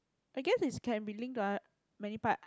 I guess it's can be linked to oth~ many part